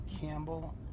Campbell